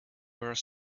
were